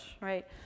right